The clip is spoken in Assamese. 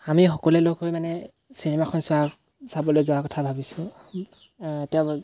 আমি সকলোৱে লগ হৈ মানে চিনেমাখন চোৱা চাবলৈ যোৱাৰ কথা ভাবিছোঁ এতিয়া